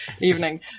evening